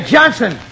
Johnson